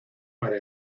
para